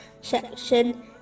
section